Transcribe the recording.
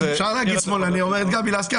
אפשר להגיד "שמאלני" אומרת גבי לסקי.